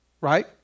Right